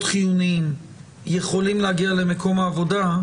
חיוניים שנדבקו יכולים להגיע למקום העבודה,